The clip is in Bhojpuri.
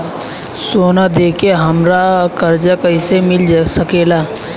सोना दे के हमरा कर्जा कईसे मिल सकेला?